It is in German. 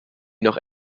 noch